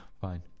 fine